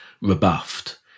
rebuffed